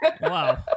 Wow